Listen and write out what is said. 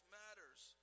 matters